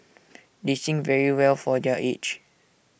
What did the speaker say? they sing very well for their age